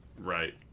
Right